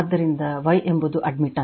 ಆದ್ದರಿಂದ Y ಎಂಬುದು admittance